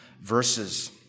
verses